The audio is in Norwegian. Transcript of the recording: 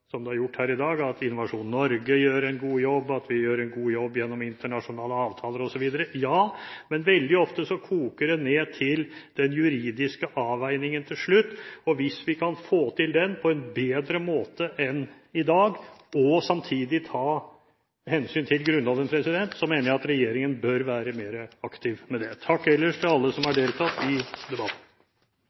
som det er gjort her i dag, at Innovasjon Norge gjør en god jobb, og at vi gjør en god jobb gjennom internasjonale avtaler osv. Det er riktig, men veldig ofte koker det ned til den juridiske avveiningen til slutt. Og hvis vi kan få til den på en bedre måte enn i dag, og samtidig ta hensyn til Grunnloven, mener jeg at regjeringen bør være mer aktiv med det. Takk ellers til alle som har deltatt i debatten.